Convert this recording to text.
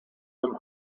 them